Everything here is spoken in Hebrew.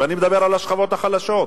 ואני מדבר על השכבות החלשות.